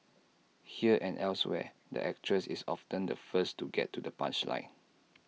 here and elsewhere the actress is often the first to get to the punchline